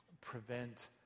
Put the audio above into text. prevent